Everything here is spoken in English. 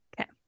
Okay